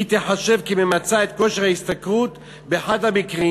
היא תיחשב כממצה את כושר ההשתכרות באחד המקרים.